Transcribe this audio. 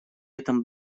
этом